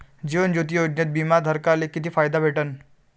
जीवन ज्योती योजनेत बिमा धारकाले किती फायदा भेटन?